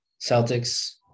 Celtics